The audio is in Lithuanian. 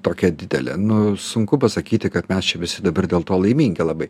tokia didelė nu sunku pasakyti kad mes čia visi dabar dėl to laimingi labai